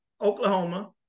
Oklahoma